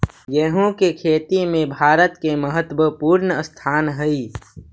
गोहुम की खेती में भारत के महत्वपूर्ण स्थान हई